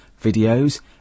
videos